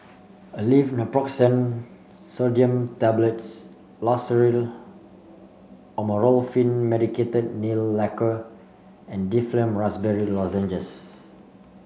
Aleve Naproxen Sodium Tablets Loceryl Amorolfine Medicated Nail Lacquer and Difflam Raspberry Lozenges